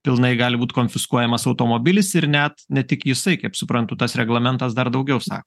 pilnai gali būt konfiskuojamas automobilis ir net ne tik jisai kaip suprantu tas reglamentas dar daugiau sa